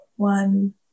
One